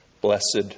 Blessed